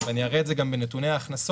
ואני אראה את זה גם בנתוני ההכנסות,